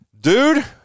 Dude